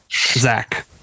Zach